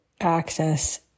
access